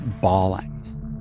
bawling